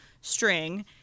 string